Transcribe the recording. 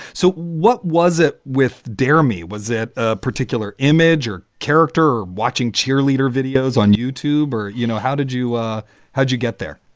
so what was it with demi? was that ah particular image or character watching cheerleader videos on youtube or, you know, how did you ah how'd you get there?